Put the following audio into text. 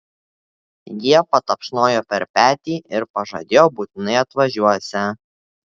jie patapšnojo per petį ir pažadėjo būtinai atvažiuosią